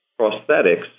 prosthetics